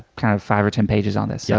kind of five or ten pages on this. yeah